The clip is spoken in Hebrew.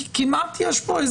כמעט יש פה,